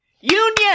Union